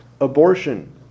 abortion